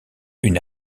une